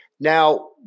Now